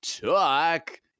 talk